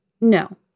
No